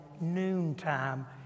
noontime